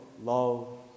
love